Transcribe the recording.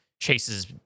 chases